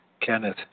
Kenneth